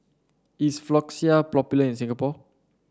is Floxia popular in Singapore